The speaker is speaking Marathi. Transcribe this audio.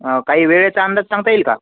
हं काही वेळेचा अंदाज सांगता येईल का